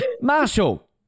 Marshall